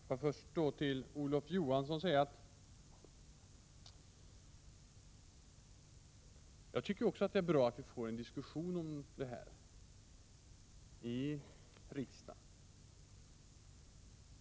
2 december 1986 Herr talman! Jag vill först till Olof Johansson säga att också jag tycker att I ot Ro or detär bra att vi har fått en diskussion om avtalsrörelsen i riksdagen.